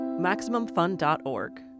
MaximumFun.org